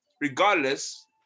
regardless